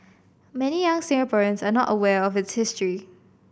many young Singaporeans are not aware of its history